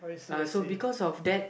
uh so because of that